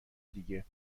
دیگه